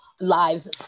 lives